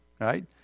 Right